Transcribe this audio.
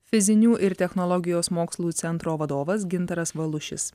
fizinių ir technologijos mokslų centro vadovas gintaras valušis